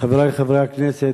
חברי חברי הכנסת,